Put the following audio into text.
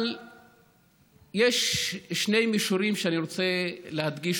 אבל יש שני מישורים שאני רוצה להדגיש: